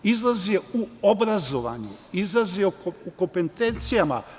Izlaz je u obrazovanju, izlaz je u kompetencijama.